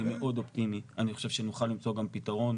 אני מאוד אופטימי, אני חושב שנוכל למצוא גם פתרון.